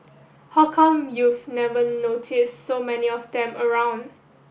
how come you've never noticed so many of them around